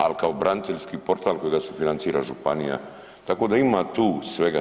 Ali kao braniteljski portal kojega financira županija, tako da ima tu svega.